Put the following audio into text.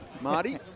Marty